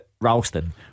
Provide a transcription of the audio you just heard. Ralston